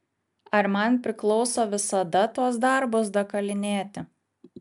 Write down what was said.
ar man priklauso visada tuos darbus dakalinėti